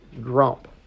grump